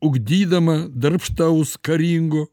ugdydama darbštaus karingo